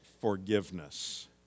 forgiveness